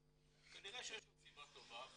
כנראה שיש לו סיבה טובה.